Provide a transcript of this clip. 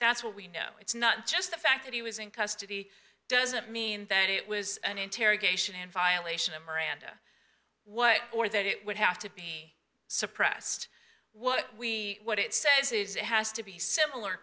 that's what we know it's not just the fact that he was in custody doesn't mean that it was an interrogation and violate memoranda what or that it would have to be suppressed what we what it says is it has to be similar